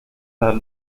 las